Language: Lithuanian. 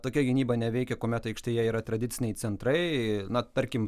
tokia gynyba neveikia kuomet aikštėje yra tradiciniai centrai na tarkim